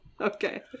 okay